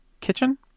kitchen